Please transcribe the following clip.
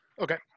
okay